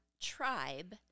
tribe